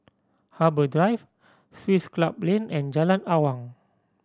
Harbour Drive Swiss Club Lane and Jalan Awang